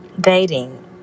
dating